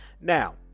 Now